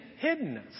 hiddenness